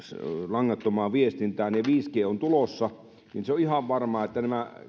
langattomaan viestintään ja viisi g on tulossa niin se on ihan varmaa että